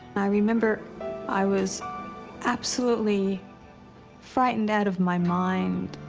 i remember i was absolutely frightened out of my mind.